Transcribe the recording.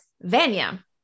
Vanya